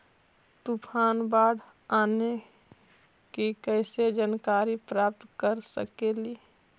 तूफान, बाढ़ आने की कैसे जानकारी प्राप्त कर सकेली?